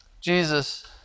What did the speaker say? Jesus